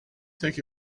think